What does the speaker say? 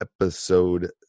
episode